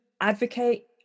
advocate